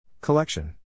Collection